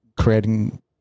creating